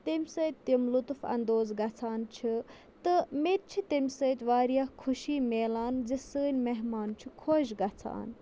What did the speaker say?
تَمہِ سۭتۍ تِم لطف اَندوز گژھان چھِ تہٕ مےٚ تہِ چھِ تَمہِ سۭتۍ واریاہ خوشی مِلان زِ سٲنۍ مہمان چھُ خۄش گژھان